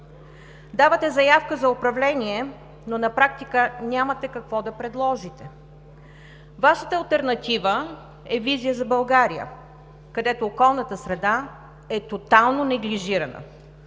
Давате заявка за управление, но на практика нямате какво да предложите. Вашата алтернатива е „Визия за България“, където околната среда е тотално неглижирана.